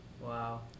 Wow